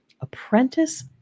Apprentice